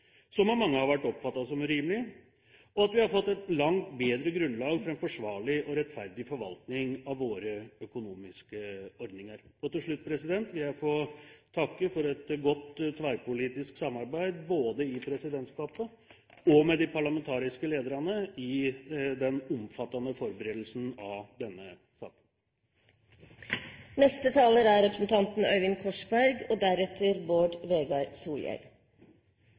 vi har fått ryddet opp i de spesielt gunstige ordningene som av mange har vært oppfattet som urimelige, og at vi har fått et langt bedre grunnlag for en forsvarlig og rettferdig forvaltning av våre økonomiske ordninger. Til slutt vil jeg takke for et godt tverrpolitisk samarbeid, både i presidentskapet og med de parlamentariske lederne, i den omfattende forberedelsen av denne saken. La meg få lov til å starte der forrige taler avsluttet og